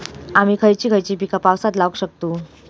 आम्ही खयची खयची पीका पावसात लावक शकतु?